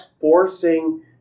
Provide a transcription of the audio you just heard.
forcing